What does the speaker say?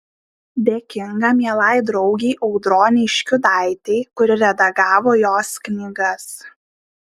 dėkinga mielai draugei audronei škiudaitei kuri redagavo jos knygas